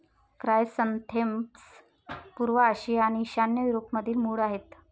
chrysanthemums पूर्व आशिया आणि ईशान्य युरोपमधील मूळ आहेत